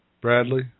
Bradley